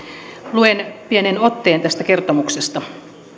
luen pienen otteen tästä kertomuksesta